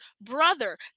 brother